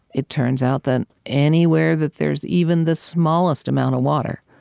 it turns out that anywhere that there's even the smallest amount of water,